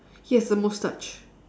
he has a moustache